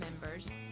members